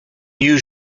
new